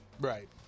right